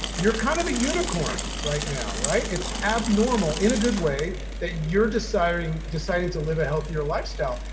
you're kind of a unicorn right now, right? it's abnormal in a good way that you're deciding deciding to live a healthier lifestyle.